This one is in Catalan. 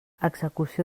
execució